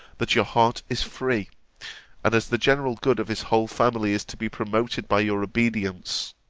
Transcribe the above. that your heart is free and as the general good of his whole family is to be promoted by your obedience.